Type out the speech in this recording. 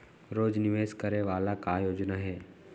रोज निवेश करे वाला का योजना हे?